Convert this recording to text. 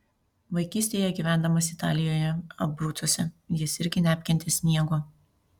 vaikystėje gyvendamas italijoje abrucuose jis irgi neapkentė sniego